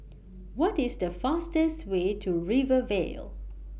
What IS The fastest Way to Rivervale